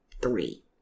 three